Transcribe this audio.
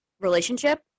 relationship